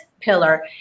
pillar